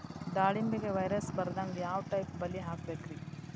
ದಾಳಿಂಬೆಗೆ ವೈರಸ್ ಬರದಂಗ ಯಾವ್ ಟೈಪ್ ಬಲಿ ಹಾಕಬೇಕ್ರಿ?